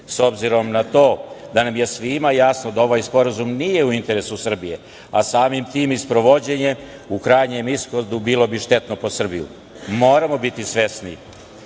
s obzirom na to da nam je svima jasno da ovaj sporazum nije u interesu Srbije, a samim tim i sprovođenje u krajnjem ishodu bilo bi štetno po Srbiju? Mi moramo biti svesni